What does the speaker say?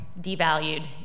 devalued